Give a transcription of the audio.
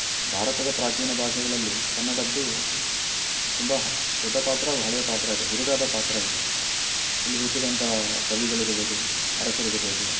ಭಾರತದ ಪ್ರಾಚೀನ ಭಾಷೆಗಳಲ್ಲಿ ಕನ್ನಡದ್ದು ತುಂಬ ಹ ದೊಡ್ಡ ಪಾತ್ರ ಹಳೆಯ ಪಾತ್ರ ಇದೆ ಹಿರಿದಾದ ಪಾತ್ರ ಇದೆ ಇಲ್ಲಿ ಹುಟ್ಟಿದಂತಹ ಕವಿಗಳಿರ್ಬೊದು ಅರಸರಿರ್ಬೋದು